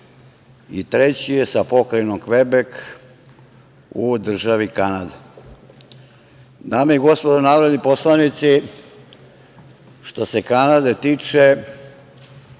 i treći je sa Pokrajinom Kvebek u državi Kanadi. Dame i gospodo narodni poslanici, što se Kanade tiče,